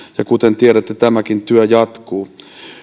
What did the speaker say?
kuten tiedätte tämäkin työ jatkuu